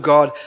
God